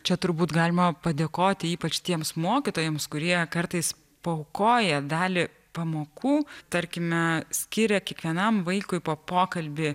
čia turbūt galima padėkoti ypač tiems mokytojams kurie kartais paaukoja dalį pamokų tarkime skiria kiekvienam vaikui po pokalbį